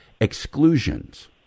exclusions